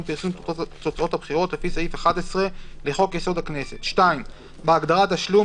פרסום תוצאות הבחירות לפי סעיף 11 לחוק-יסוד: הכנסת,"; (2)בהגדרה "תשלום",